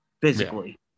physically